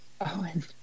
Owen